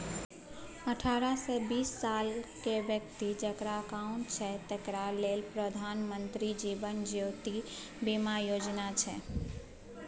अठारहसँ बीस सालक बेकती जकरा अकाउंट छै तकरा लेल प्रधानमंत्री जीबन ज्योती बीमा योजना छै